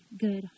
good